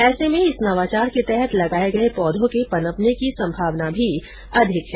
ऐसे में इस नवाचार के तहत लगाए पौधों के पनपने की संभावना भी अधिक है